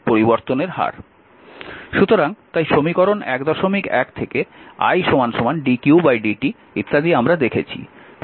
সুতরাং তাই সমীকরণ 11 থেকে Idqdt ইত্যাদি আমরা দেখেছি